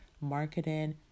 marketing